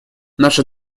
наши